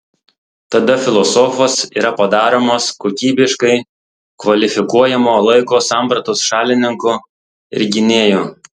tada filosofas yra padaromas kokybiškai kvalifikuojamo laiko sampratos šalininku ir gynėju